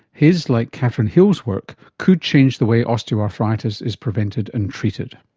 his, like catherine hill's work, could change the way osteoarthritis is prevented and treated.